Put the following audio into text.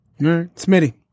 Smitty